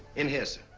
in here, sir.